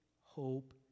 hope